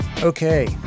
Okay